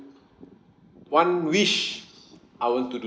one wish I want to do